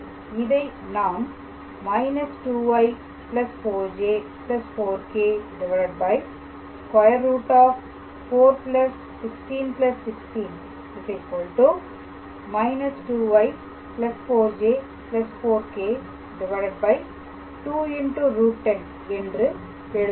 இதை நாம் −2i4j4k̂ √41616 −2i4j4k̂ 2√10 என்று எழுதலாம்